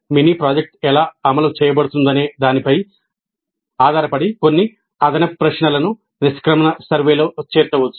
mini project ఎలా అమలు చేయబడుతుందనే దానిపై ఆధారపడి కొన్ని అదనపు ప్రశ్నలను నిష్క్రమణ సర్వేలో చేర్చవచ్చు